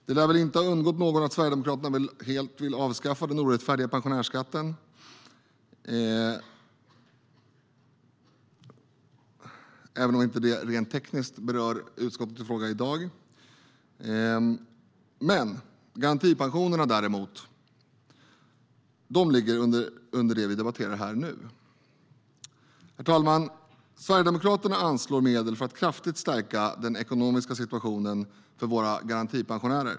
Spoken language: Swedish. Det lär väl inte ha undgått någon att Sverigedemokraterna helt vill avskaffa den orättfärdiga pensionärsskatten, även om det rent tekniskt inte rör det som vi debatterar i dag. Garantipensionerna däremot ligger under det utgiftsområde vi nu debatterar. Herr talman! Sverigedemokraterna anslår medel för att kraftigt stärka den ekonomiska situationen för våra garantipensionärer.